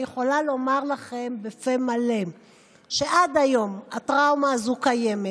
אני יכולה לומר לכם בפה מלא שעד היום הטראומה הזאת קיימת,